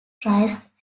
driest